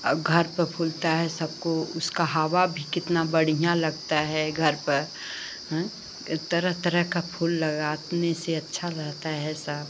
और घर पर फूलता है सबको उसका हवा भी कितनी बढ़ियाँ लगती है घर पर हाँ तरह तरह का फूल लगाने से अच्छा रहता है सब